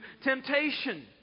temptation